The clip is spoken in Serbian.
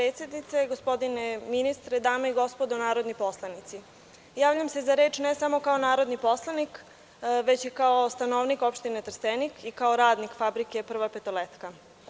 Uvažena predsednice, gospodine ministre, dame i gospodo narodni poslanici, javljam se za reč ne samo kao narodni poslanik, već i kao stanovnik opštine Trstenik i kao radnik fabrike „Prva petoletka“